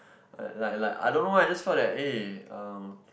like like like I don't know why I just felt that eh um